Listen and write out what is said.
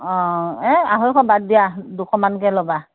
অ এই আঢ়ৈশ বাদ দিয়া দুশমানকৈ ল'বা